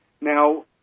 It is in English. Now